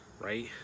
right